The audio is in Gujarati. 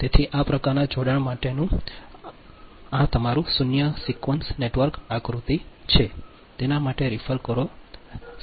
તેથી આ પ્રકારનાં જોડાણ માટેનું આ તમારું શૂન્ય સિક્વન્સ નેટવર્ક આકૃતિ છે